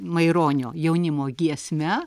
maironio jaunimo giesme